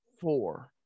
four